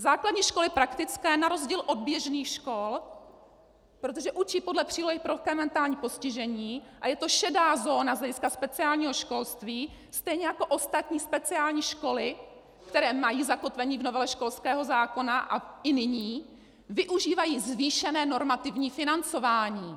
Základní školy praktické na rozdíl od běžných škol, protože učí podle přílohy pro lehké mentální postižení a je to šedá zóna z hlediska speciálního školství, stejně jako ostatní speciální školy, které mají zakotvení v novele školského zákona i nyní, využívají zvýšené normativní financování.